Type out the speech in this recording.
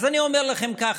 אז אני אומר לכם ככה: